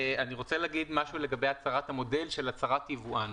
אני רוצה להגיד משהו לגבי הצרת המודל של הצהרת יבואן: